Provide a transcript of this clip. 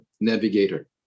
navigator